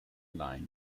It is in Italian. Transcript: line